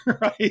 right